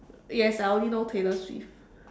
yes I only know Taylor-Swift